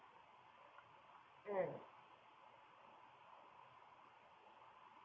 mm